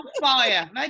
fire